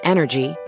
Energy